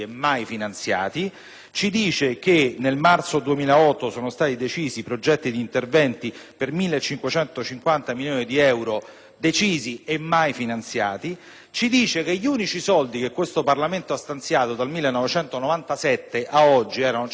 che nel marzo 2008 sono stati decisi progetti di interventi per 1.550 milioni di euro, decisi e mai finanziati; che gli unici soldi che questo Parlamento ha stanziato dal 1997 ad oggi sono 168 milioni, non